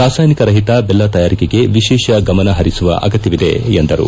ರಾಸಾಯನಿಕ ರಹಿತ ಬೆಲ್ಲ ತಯಾರಿಗೆ ವಿಶೇಷ ಗಮನ ಹರಿಸುವ ಅಗತ್ಭವಿದೆ ಎಂದು ಹೇಳಿದರು